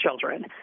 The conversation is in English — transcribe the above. children